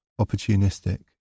opportunistic